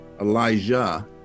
Elijah